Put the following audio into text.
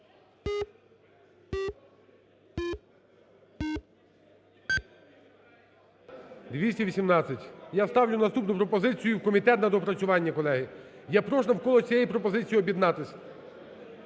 За-218 Я ставлю наступну пропозицію – в комітет на доопрацювання, колеги. Я прошу навколо цієї пропозиції об'єднатись.